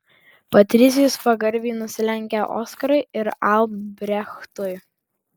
patricijus pagarbiai nusilenkė oskarui ir albrechtui